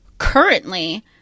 Currently